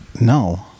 No